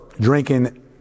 drinking